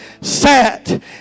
sat